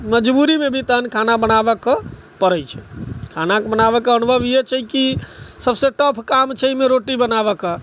मजबूरीमे भी तखन खाना बनाबऽके पड़ै छै खाना बनाबऽके अनुभव इएह छै कि सभसँ टफ काम छै एहिमे रोटी बनाबऽके